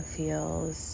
feels